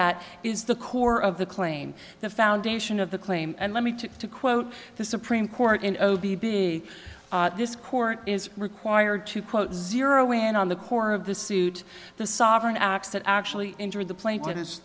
at is the core of the claim the foundation of the claim and let me take to quote the supreme court in o b b this court is required to quote zero in on the core of the suit the sovereign acts that actually entered the plane what is